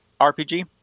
RPG